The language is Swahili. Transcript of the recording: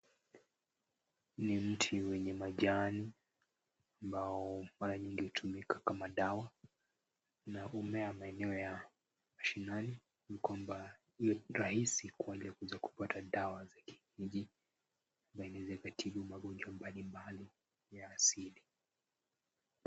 Ni mti wenye majani ambao mara nyingi hutumika kama dawa, na humea maeneo ya mashinani kwamba ni rahisi kwale kupata dawa za kienyeji, na inaeza ikatibu magonjwa mbali mbali, ya asili .